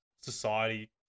society